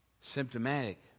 Symptomatic